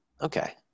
okay